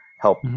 help